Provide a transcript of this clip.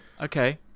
okay